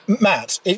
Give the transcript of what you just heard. matt